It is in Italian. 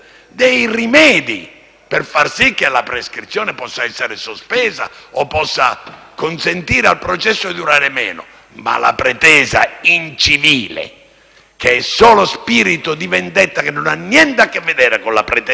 per far sì che la prescrizione possa essere sospesa o che si possa consentire al processo di durare meno. La pretesa incivile, che è solo spirito di vendetta e che nulla ha a che vedere con la pretesa punitiva dello Stato,